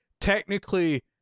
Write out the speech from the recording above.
technically